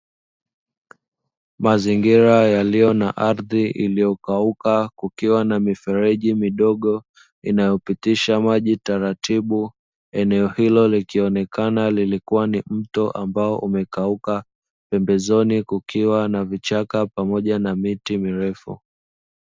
Mazingira yaliyo na ardhi iliyokauka, kukiwa na mifereji midogo inayopitisha maji taratibu. Eneo hilo likionekana lilikuwa ni mto ambao umekauka, pembezoni kukiwa na vichaka pamoja na miti mirefu.